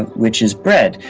and which is bread.